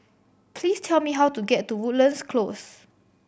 please tell me how to get to Woodlands Close